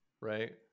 Right